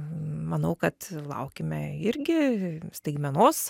manau kad laukime irgi staigmenos